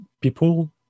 people